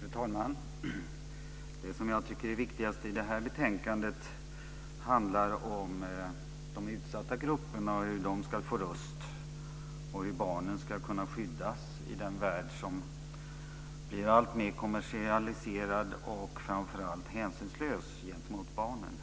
Fru talman! Det som jag tycker är viktigast i det här betänkandet handlar om de utsatta grupperna och hur de ska få en röst och om hur barnen ska kunna skyddas i den värld som blir alltmer kommersialiserad och framför allt hänsynslös gentemot barnen.